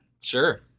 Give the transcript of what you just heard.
Sure